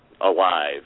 alive